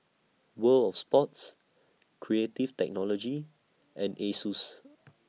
World of Sports Creative Technology and Asus